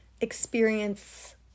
experience